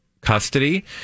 custody